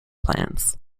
plans